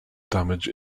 damage